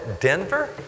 Denver